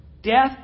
Death